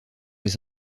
les